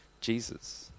Jesus